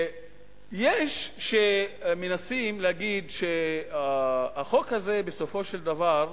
יש שמנסים להגיד שהחוק הזה, בסופו של דבר,